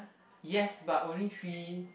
yes but only three